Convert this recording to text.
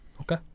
Okay